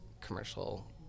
commercial